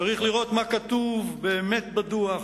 צריך לראות מה כתוב באמת בדוח,